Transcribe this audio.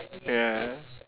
ya